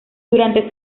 durante